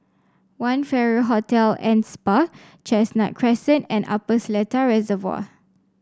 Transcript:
One Farrer Hotel and Spa Chestnut Crescent and Upper Seletar Reservoir